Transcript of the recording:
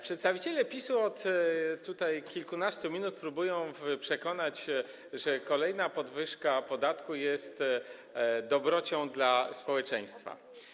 Przedstawiciele PiS-u od kilkunastu minut próbują przekonywać, że kolejna podwyżka podatku jest dobrocią dla społeczeństwa.